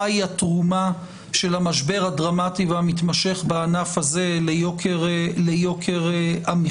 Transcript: מהי התרומה של המשבר הדרמטי והמתמשך בענף הזה ליוקר המחיה,